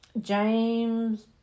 James